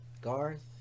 Garth